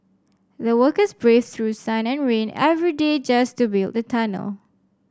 the workers braved through sun and rain every day just to build the tunnel